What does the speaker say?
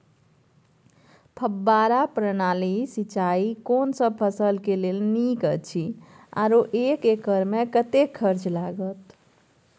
फब्बारा प्रणाली सिंचाई कोनसब फसल के लेल नीक अछि आरो एक एकर मे कतेक खर्च लागत?